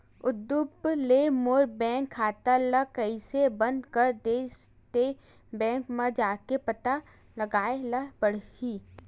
उदुप ले मोर बैंक खाता ल कइसे बंद कर दिस ते, बैंक म जाके पता लगाए ल परही